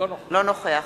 נוכח